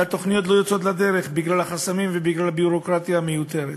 והתוכניות לא יוצאות לדרך בגלל החסמים ובגלל הביורוקרטיה המיותרת.